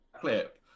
clip